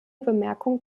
bemerkung